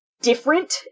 different